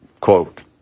Quote